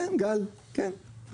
כן, גל, כן.